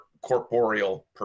corporeal